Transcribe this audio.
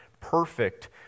perfect